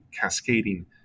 cascading